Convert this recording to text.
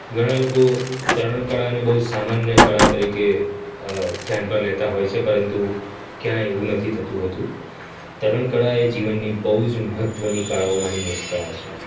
ઘણા લોકો તરણ કળાને બહુ સામાન્ય કળા તરીકે ધ્યાન પર લેતા હોય છે પરંતુ ક્યાંય એવું નથી થતું હોતું તરણ કળાએ જીવનની બહુ જ મહત્ત્વની કાળાઓમાંની એક કળા છે